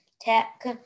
Tech